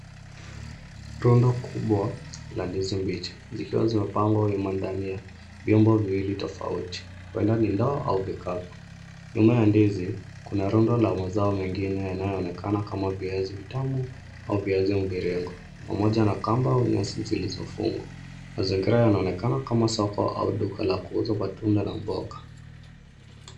Rundo kubwa la ndizi mbichi zikiwa zimepangwa wima ndani ya vyombo viwili tofauti, huenda ni ndoo au vikapu. Nyuma ya ndizi, kuna rundo la mazao mengine yanayoonekana kama viazi vitamu au viazi mviringo pamoja na kamba au nyasi zilizofungwa. Mazingira yanaonekana kama soko au duka la kuuza matunda na mboga.